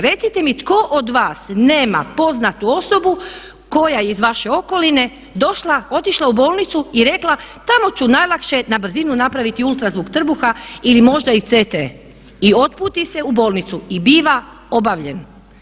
Recite mi tko od vas nema poznatu osobu koja iz vaše okoline došla, otišla u bolnicu i rekla tamo ću najlakše na brzinu napraviti ultrazvuk trbuha ili možda i ct i otputi se u bolnicu i biva obavljen.